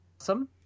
awesome